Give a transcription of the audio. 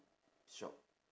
shop